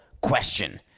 question